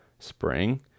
Spring